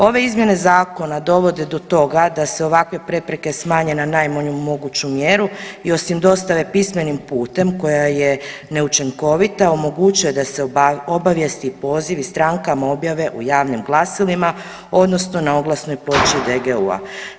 Ove izmjene zakona dovode do toga da se ovakve prepreke smanje na najmanju moguću mjeru i osim dostave pismenim putem koja je neučinkovita omogućuje da se obavijesti i pozivi strankama objave u javnim glasilima odnosno na oglasnoj ploči DGU-a.